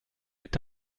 est